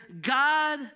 God